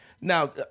Now